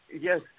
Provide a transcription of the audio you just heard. yes